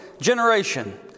generation